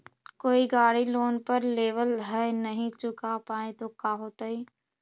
कोई गाड़ी लोन पर लेबल है नही चुका पाए तो का होतई?